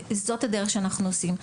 וזו הדרך שאנחנו עושים.